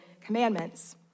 Commandments